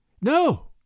No